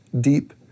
deep